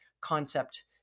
concept